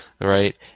right